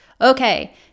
okay